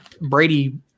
Brady